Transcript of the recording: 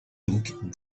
donc